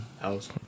House